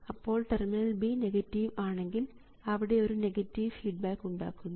അപ്പോൾ terminal B negative ആണെങ്കിൽ അവിടെ ഒരു നെഗറ്റീവ് ഫീഡ്ബാക്ക് ഉണ്ടാകുന്നു